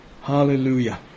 Hallelujah